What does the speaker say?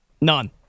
None